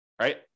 right